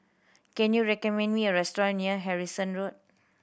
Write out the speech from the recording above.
can you recommend me a restaurant near Harrison Road